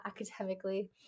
academically